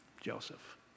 Joseph